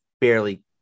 barely